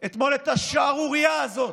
אתמול את השערורייה הזאת